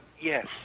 Yes